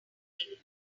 player